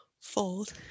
fold